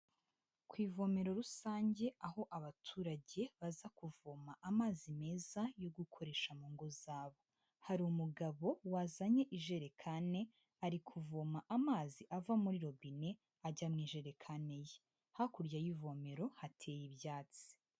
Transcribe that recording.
Ku ivomero rusange aho abaturage baza kuvoma amazi meza yo gukoresha mu ngo zabo, hari umugabo wazanye ijerekane, ari kuvoma amazi ava muri robine ajya mu ijerekaniye, hakurya y'ivomero, hateye ibyatsi.